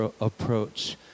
approach